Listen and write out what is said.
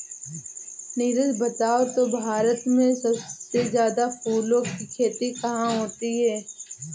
नीरज बताओ तो भारत में सबसे ज्यादा फूलों की खेती कहां होती है?